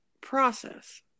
process